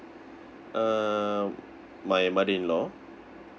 uh my mother in law